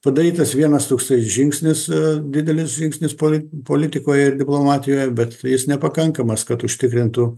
padarytas vienas toksai žingsnis didelis žingsnis poetui politikoje diplomatijoje bet nepakankamas kad užtikrintų